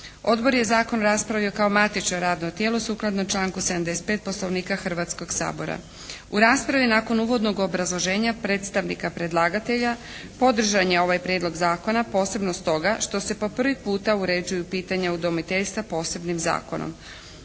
Odbor je zakon raspravio kao matično radno tijelo sukladno članku 75. Poslovnika Hrvatskog sabora. U raspravi nakon uvodnog obrazloženja predstavnika predlagatelja podržan je ovaj Prijedlog zakona posebno stoga što se po prvi puta uređuju pitanje udomiteljstva posebnim zakonom.